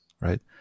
right